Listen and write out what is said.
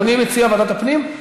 אדוני מציע ועדת הפנים,